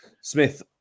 Smith